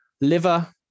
liver